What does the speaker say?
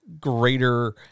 greater